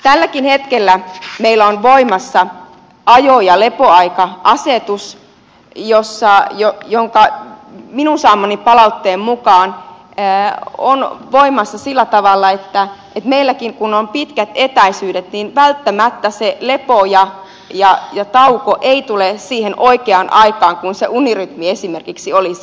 tälläkin hetkellä meillä on voimassa ajo ja lepoaika asetus joka minun saamani palautteen mukaan on voimassa sillä tavalla että kun meillä on pitkät etäisyydet niin välttämättä se lepo ja tauko ei tule siihen oikeaan aikaan kun esimerkiksi se unirytmi olisi